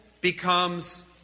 becomes